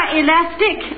elastic